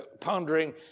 pondering